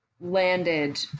landed